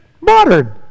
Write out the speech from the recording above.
modern